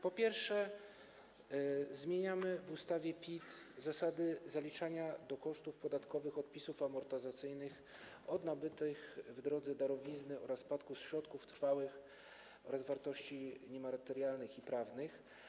Po pierwsze, zmieniamy w ustawie o PIT zasady zaliczania do kosztów podatkowych odpisów amortyzacyjnych od nabytych w drodze darowizny oraz spadku środków trwałych oraz wartości niematerialnych i prawnych.